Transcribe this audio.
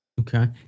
Okay